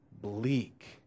bleak